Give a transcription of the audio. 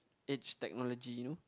edge technology you know